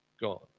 God